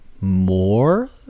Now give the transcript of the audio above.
more